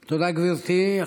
תודה, גברתי.